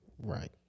Right